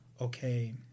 okay